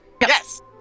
Yes